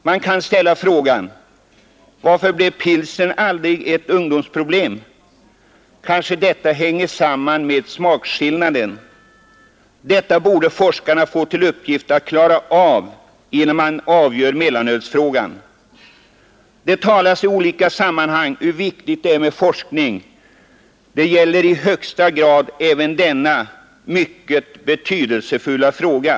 Man kan ställa frågan: Varför blev pilsnern aldrig ett ungdomsproblem? Kanske detta hänger samman med smakskillnaden. Detta borde forskarna få till uppgift att klara av, innan man avgör mellanölsfrågan. Det talas i olika sammanhang om hur viktigt det är med forskning. Det är i högsta grad fallet även i denna mycket betydelsefulla fråga.